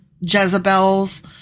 Jezebel's